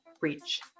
reach